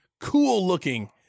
cool-looking